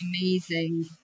amazing